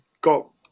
got